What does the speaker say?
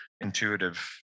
intuitive